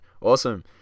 Awesome